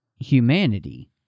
humanity